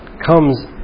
comes